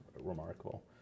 remarkable